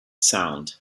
sound